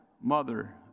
mother